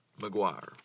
McGuire